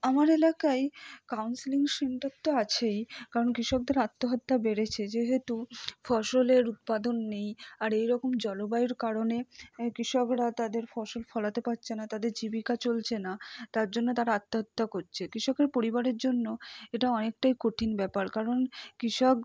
আমার এলাকায় counselling centre তো আছেই কারণ কৃষকদের আত্মহত্যা বেড়েছে যেহেতু ফসলের উৎপাদন নেই আর এই রকম জলবায়ুর কারণে কৃষকরা তাদের ফসল ফলাতে পারছে না তাদের জীবিকা চলছে না তার জন্যে তারা আত্মহত্যা করছে কৃষকের পরিবারের জন্য এটা অনেকটাই কঠিন ব্যাপার কারণ কৃষক